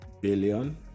billion